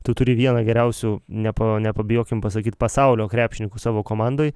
tu turi vieną geriausių nepo nepabijokim pasakyt pasaulio krepšininkų savo komandoj